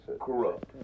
Corrupt